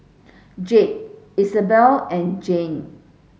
Jade Isabelle and Jann